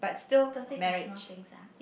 don't say personal things ah